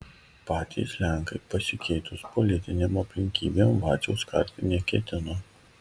patys lenkai pasikeitus politinėm aplinkybėm vaciaus karti neketino